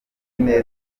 ubumenyi